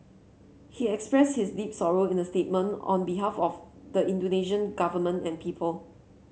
he expressed his deep sorrow in a statement on behalf of the Indonesian Government and people